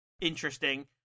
interesting